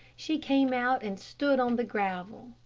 she came out and stood on the gravel.